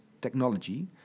technology